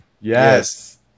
Yes